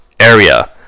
area